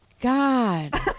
God